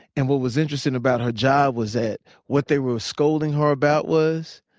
and what was interesting about her job was that what they were scolding her about was,